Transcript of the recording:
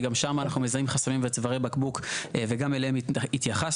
שגם שם אנחנו מזהים חסמים וצווארי בקבוק וגם אליהם התייחסנו.